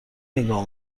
نگاه